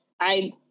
I-